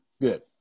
Good